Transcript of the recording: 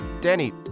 Danny